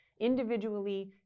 individually